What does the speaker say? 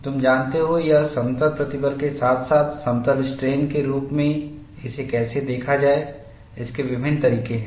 तुम जानते हो ये समतल प्रतिबल के साथ साथ समतल स्ट्रेन के रूप में इसे कैसे देखा जाए इसके विभिन्न तरीके हैं